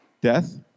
Death